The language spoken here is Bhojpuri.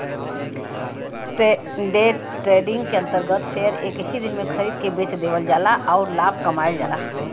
डे ट्रेडिंग के अंतर्गत शेयर एक ही दिन में खरीद के बेच देवल जाला आउर लाभ कमायल जाला